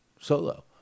solo